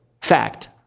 Fact